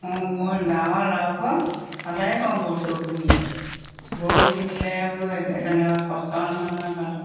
অঁ মই গাঁৱৰ ল'ৰাবোৰক সদায় কওঁ গৰু চৰু পুহিবলৈ গৰু পুহিলে বোলো কষ্ট নহয় নহয় তহঁতৰ